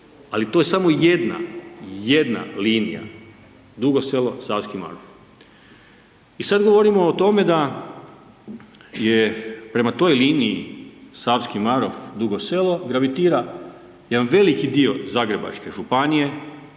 Ali to je samo jedna, jedna linija Dugo Selo – Savski Marof. I sad govorimo o tome da je prema toj liniji Savski Marof – Dugo Selo gravitira jedan veliki dio Zagrebačke županije,